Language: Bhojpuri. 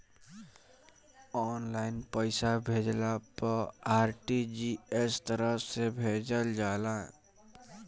ऑनलाइन पईसा भेजला पअ आर.टी.जी.एस तरह से भेजल जाला